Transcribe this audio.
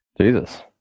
Jesus